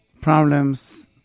problems